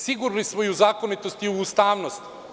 Sigurni smo i u zakonitost i u ustavnost.